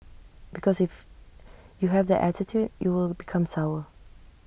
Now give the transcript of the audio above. because if you have that attitude you will become sour